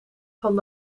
van